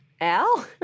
Al